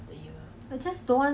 真的是不可以 study eh